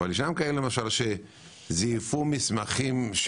שזייפו מסמכים,